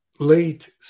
late